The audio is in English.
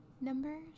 Number